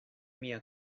mia